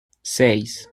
seis